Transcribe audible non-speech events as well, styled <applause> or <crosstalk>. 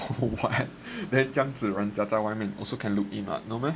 <laughs> what 这样子人家在外面 also can look in mah no meh